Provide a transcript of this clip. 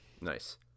nice